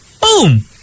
boom